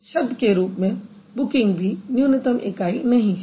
शब्द के रूप में बुकिंग भी न्यूनतम इकाई नहीं है